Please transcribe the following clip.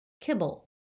kibble